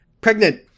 Pregnant